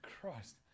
christ